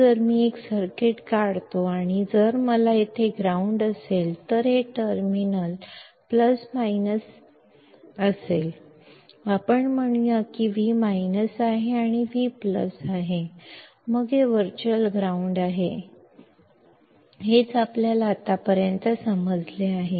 ಆದ್ದರಿಂದ ನಾನು ಸರ್ಕ್ಯೂಟ್ಅನ್ನು ರಚಿಸುತ್ತಿದ್ದ್ದರೆ ಮತ್ತು ನಾನು ಇಲ್ಲಿ ಗ್ರೌಂಡ್ ಅನ್ನು ಹೊಂದಿದ್ದರೆ ಈ ಟರ್ಮಿನಲ್ ಮೈನಸ್ ಮತ್ತು ಪ್ಲಸ್ ಇದು ವಿ ಇದು ವಿ V ಎಂದು ಹೇಳೋಣ ನಂತರ ಇದು ವರ್ಚುವಲ್ ಗ್ರೌಂಡ್ನಲ್ಲಿದೆ ಏಕೆಂದರೆ ಇದು ಗ್ರೌಂಡ್ ಆಗಿದೆ ಅದು ಇಲ್ಲಿಯವರೆಗೆ ನಾವು ಅರ್ಥಮಾಡಿಕೊಂಡಿದ್ದೇವೆ